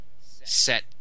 set